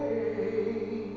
the